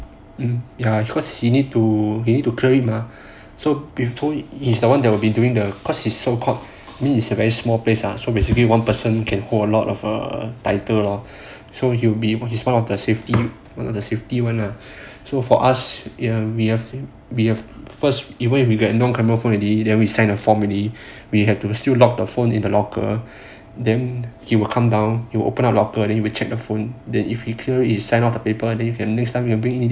ya cause you need to you need to carry mah so before he is the one that will be doing the cause it's so called mine is a very small place lah so basically one person can hold a lot of a title lor so he would be he is one of the safety the safety [one] lah so for us we have to we have first even if you get a non camera phone already then we signed a form already we have to still lock the phone in the locker then he will come down you will open up the locker then he would check the phone then if you clear you sign off the paper then you can next time you bring in lor